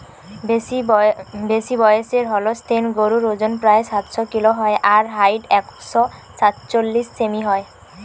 বেশিবয়সের Holstein গরুর অজন প্রায় সাতশ কিলো হয় আর হাইট একশ সাতচল্লিশ সেমি হয়